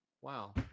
wow